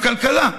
גם כלכלה.